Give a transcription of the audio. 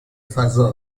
فضا